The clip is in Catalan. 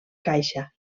caixa